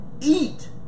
Eat